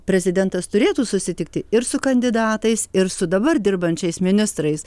prezidentas turėtų susitikti ir su kandidatais ir su dabar dirbančiais ministrais